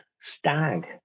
stag